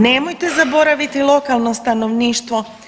Nemojte zaboraviti lokalno stanovništvo.